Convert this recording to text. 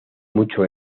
mucho